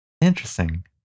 Interesting